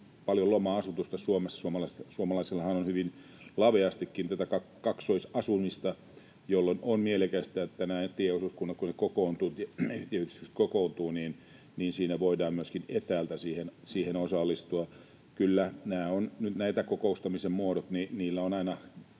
paljon loma-asutusta. Suomalaisillahan on hyvin laveastikin tätä kaksoisasumista, jolloin on mielekästä, että kun tieosuuskunnat ja tieyhdistykset kokoontuvat, niin voidaan myöskin etäältä osallistua. Kyllä nämä kokoustamisen muodot